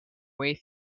way